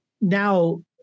Now